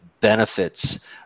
benefits